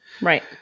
right